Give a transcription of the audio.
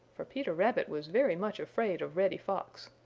for peter rabbit was very much afraid of reddy fox.